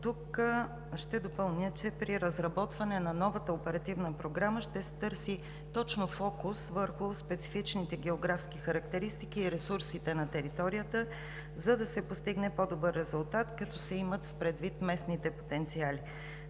дотук, ще допълня, че при разработване на новата оперативна програма ще се търси фокус точно върху специфичните географски характеристики и ресурсите на територията, за да се постигне по добър резултат, като се имат предвид местните потенциали.